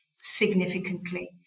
significantly